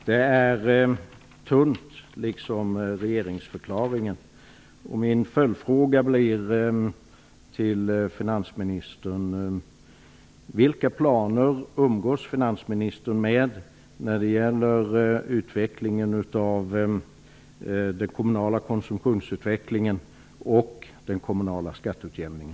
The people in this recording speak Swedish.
Det är tunt, liksom regeringsförklaringen. Min följdfråga till finansministern blir: Vilka planer umgås finansministern med när det gäller den kommunala konsumtionsutvecklingen och den kommunala skatteutjämningen?